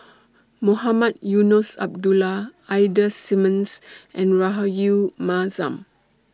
Mohamed Eunos Abdullah Ida Simmons and Rahayu Mahzam